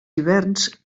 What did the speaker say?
hiverns